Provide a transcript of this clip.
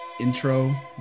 intro